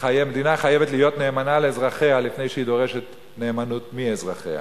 המדינה חייבת להיות נאמנה לאזרחיה לפני שהיא דורשת נאמנות מאזרחיה.